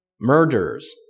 murders